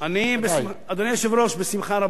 אדוני היושב-ראש, בשמחה רבה.